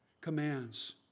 commands